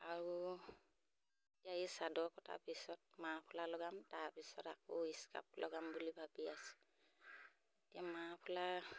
আৰু এনেকৈ চাদৰ কটাৰ পিছত মাফলাৰ লগাম তাৰপিছত আকৌ স্কাৰ্ফ লগাম বুলি ভাবি আছোঁ এতিয়া মাফলাৰ